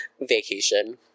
vacation